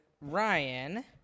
Ryan